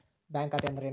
Bank ಖಾತೆ ಅಂದರೆ ಏನು?